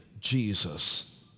Jesus